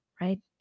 right